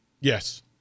yes